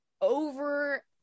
over